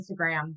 instagram